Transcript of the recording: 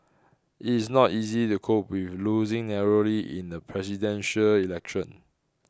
it's not easy to cope with losing narrowly in a Presidential Election